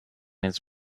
his